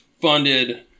funded